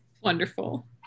Wonderful